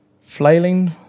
Flailing